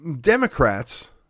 Democrats